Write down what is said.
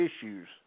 issues